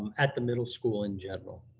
um at the middle school in general.